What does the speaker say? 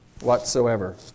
whatsoever